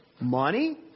money